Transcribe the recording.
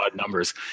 numbers